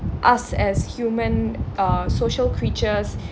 us as human uh social creatures